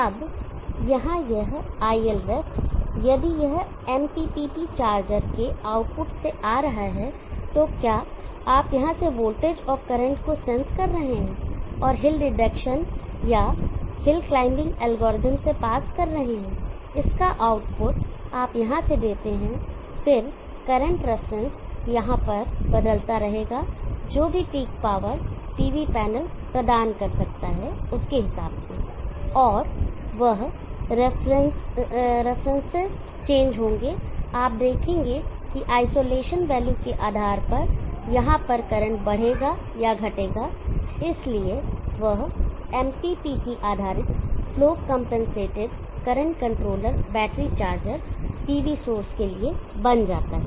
अब यहाँ यह iLref यदि यह MPPT चार्जर के आउटपुट से आ रहा है तो क्या आप यहाँ से वोल्टेज और करंट को सेंस कर रहे हैं और हिल डिडक्शन या हिल क्लाइम्बिंग एल्गोरिदम से पास कर रहे हैं इसका आउटपुट आप यहाँ से देते हैं फिर करंट रेफरेंस यहाँ पर बदलता रहेगा जो भी पीक पावर PV पैनल प्रदान कर सकता है उसके हिसाब से और और वह रेफरेंस चेंज होंगे आप देखेंगे कि आइसोलेशन वैल्यू के आधार पर यहाँ पर करंट बढ़ेगा या घटेगा इसलिए वह MPPT आधारित slope compensated current controller battery charger PV source के लिए बन जाता है